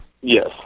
Yes